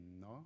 no